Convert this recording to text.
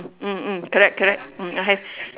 hmm hmm correct correct hmm okay